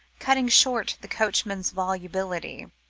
cutting short the coachman's volubility,